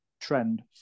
trend